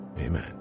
amen